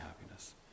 happiness